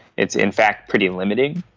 it's in fact pretty limiting,